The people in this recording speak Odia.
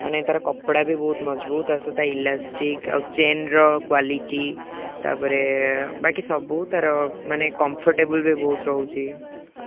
ମାନେ ତା'ର କପଡ଼ା ବି ବହୁତ ମଜବୁତ ତା' ସହିତ ଇଲାଷ୍ଟିକ୍ ଆଉ ଚେନ୍ର କ୍ୱାଲିଟି ତା'ପରେ ବାକି ସବୁ ତା'ର ମାନେ କମ୍ଫର୍ଟେବଲ୍ ବି ବହୁତ ରହୁଛି